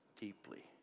Deeply